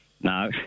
No